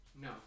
No